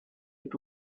est